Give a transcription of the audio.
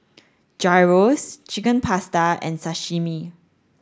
Gyros Chicken Pasta and Sashimi